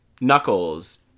Knuckles